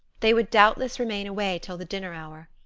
they would doubtless remain away till the dinner hour.